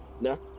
No